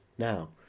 now